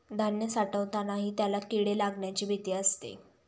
धान्य साठवतानाही त्याला किडे लागण्याची भीती असते